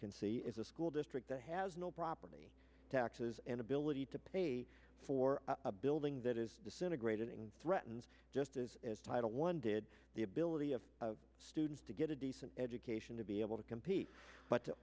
can see is a school district that has no property taxes and ability to pay for a building that is disintegrating threatens just as as title one did the ability of students to get a decent education to be able to compete but to